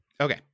Okay